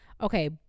Okay